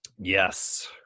Yes